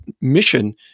mission